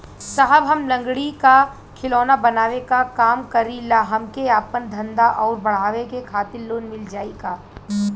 साहब हम लंगड़ी क खिलौना बनावे क काम करी ला हमके आपन धंधा अउर बढ़ावे के खातिर लोन मिल जाई का?